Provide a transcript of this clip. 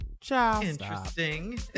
Interesting